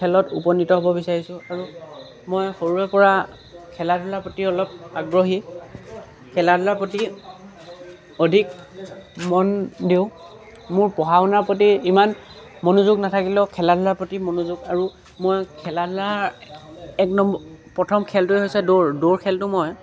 খেলত উপনীত হ'ব বিচাৰিছোঁ আৰু মই সৰুৰে পৰা খেলা ধূলাৰ প্ৰতি অলপ আগ্ৰহী খেলা ধূলাৰ প্ৰতি অধিক মন দিওঁ মোৰ পঢ়া শুনাৰ প্ৰতি ইমান মনোযোগ নাথাকিলেও খেলা ধূলাৰ প্ৰতি মনোযোগ আৰু মই খেলা ধূলাৰ এক প্ৰথম খেলটোৱে হৈছে দৌৰ দৌৰ খেলটো মই